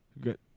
good